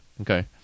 Okay